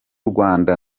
rwanda